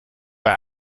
bei